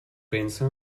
pensa